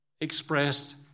expressed